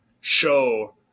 show